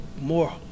more